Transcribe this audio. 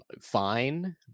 fine